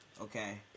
Okay